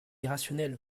irrationnel